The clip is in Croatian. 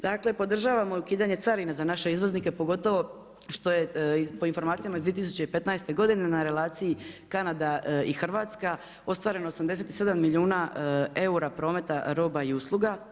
Dakle, podržavamo ukidanje carina za naše izvoznike pogotovo što je po informacijama iz 2015. godine na relaciji Kanada i Hrvatska ostvareno 87 milijuna eura prometa roba i usluga.